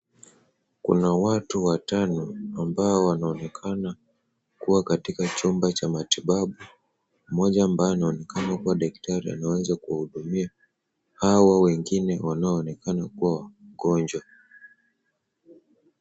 Kuna watu watano ambao wanaonekana kuwa katika chumba cha matibabu. Mmoja ambao anaonekana kuwa daktari anaanza kuwahudumia hawa wengine wanaonekana kuwa wagonjwa.